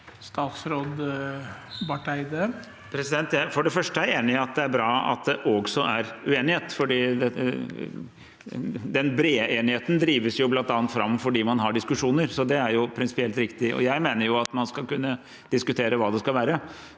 Barth Eide For det første er jeg enig i at det er bra at det også er uenighet, for den brede enigheten drives jo bl.a. fram fordi man har diskusjoner, så det er prinsipielt riktig. Jeg mener at man skal kunne diskutere hva det skal være.